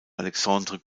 alexandre